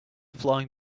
flying